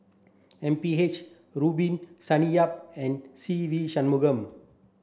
M P H Rubin Sonny Yap and Se Ve Shanmugam